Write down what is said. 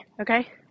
okay